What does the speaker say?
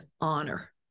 honor